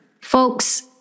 Folks